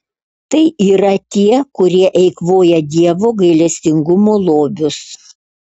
tai yra tie kurie eikvoja dievo gailestingumo lobius